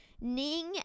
Ning